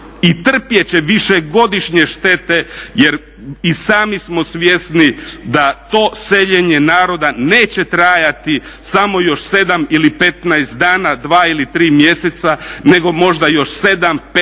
i trpjeti će višegodišnje štete jer i sami smo svjesni da to seljenje naroda neće trajati samo još 7 ili 15 dana, 2 ili 3 mjeseca nego možda još 7, 15